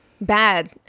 bad